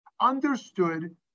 understood